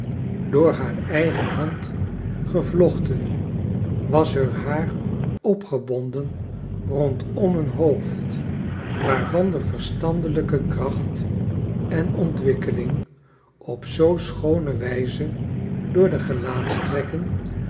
door haar eigen hand gevlochten was heur haar opgebonden rondom een hoofd waarvan de verstandelijke kracht en ontwikkeling op zoo schoone wijze door de